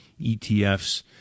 ETFs